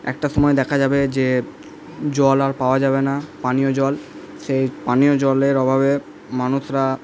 একটা সময়ে দেখা যাবে যে জল আর পাওয়া যাবে না পানীয় জল সেই পানীয় জলের অভাবে মানুষরা